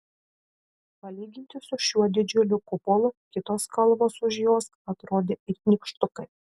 palyginti su šiuo didžiuliu kupolu kitos kalvos už jos atrodė it nykštukai